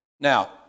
Now